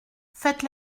faites